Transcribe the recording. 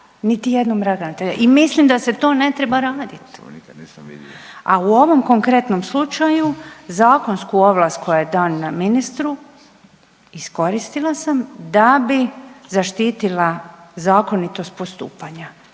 Niti jednog ravnatelja i mislim da se to ne treba raditi, a u ovom konkretnom slučaju zakonsku ovlast koja je dana ministru iskoristila sam da bih zaštitila zakonitost postupanja